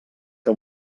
que